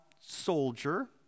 soldier